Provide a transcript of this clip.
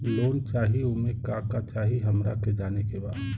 Loan चाही उमे का का चाही हमरा के जाने के बा?